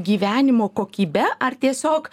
gyvenimo kokybe ar tiesiog